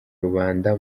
rubanda